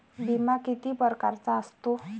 बिमा किती परकारचा असतो?